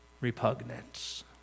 repugnance